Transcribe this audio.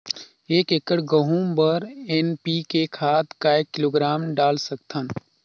एक एकड़ गहूं बर एन.पी.के खाद काय किलोग्राम डाल सकथन?